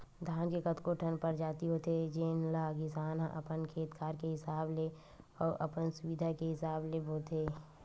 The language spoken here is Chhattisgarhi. धान के कतको ठन परजाति होथे जेन ल किसान ह अपन खेत खार के हिसाब ले अउ अपन सुबिधा के हिसाब ले बोथे